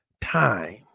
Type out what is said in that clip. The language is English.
time